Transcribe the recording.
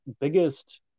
biggest